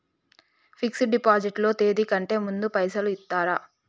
Fix డ్ deposit లో తేది కంటే ముందే పైసలు ఇత్తరా?